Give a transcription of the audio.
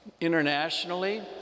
Internationally